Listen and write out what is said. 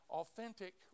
authentic